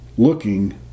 looking